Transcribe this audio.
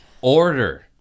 Order